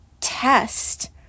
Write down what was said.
test